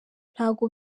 ntabwo